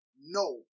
no